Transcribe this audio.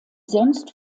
sonst